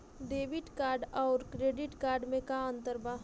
Debit card आउर credit card मे का अंतर बा?